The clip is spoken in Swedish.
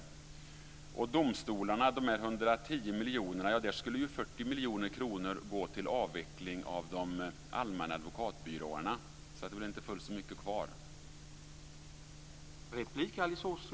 När det gäller domstolarna och de 110 miljonerna skulle ju 40 miljoner kronor gå till avveckling av de allmänna advokatbyråerna. Det blir alltså inte fullt så mycket kvar.